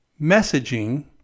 messaging